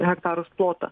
hektarus plotą